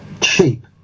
cheap